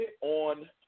on